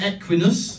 Equinus